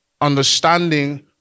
understanding